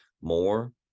more